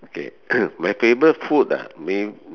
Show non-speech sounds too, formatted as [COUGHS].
okay [COUGHS] my favourite food ah may